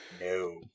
No